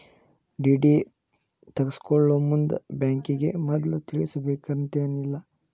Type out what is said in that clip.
DD ತಗ್ಸ್ಕೊಳೊಮುಂದ್ ಬ್ಯಾಂಕಿಗೆ ಮದ್ಲ ತಿಳಿಸಿರ್ಬೆಕಂತೇನಿಲ್ಲಾ